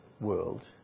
world